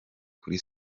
kuri